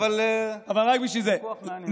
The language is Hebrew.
אבל זה ויכוח מעניין.